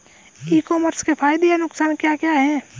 ई commerce के फायदे या नुकसान क्या क्या हैं?